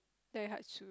Daihatsu